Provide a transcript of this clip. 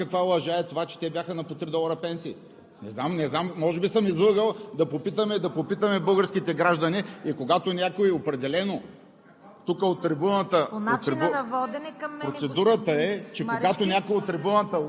Същите тези, които са били оставени, явно трябва да припомня. Не знам кой е виновен, но не знам каква лъжа е това, че те бяха на по три долара пенсии! Не знам, не знам. Може би съм излъгал. Да попитаме българските граждани. И когато някой определено